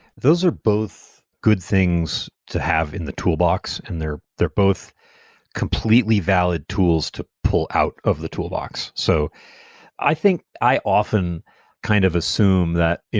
those are both good things to have in the toolbox, and they're they're both completely valid tools to pull out of the toolbox. so i think i often kind of assume that,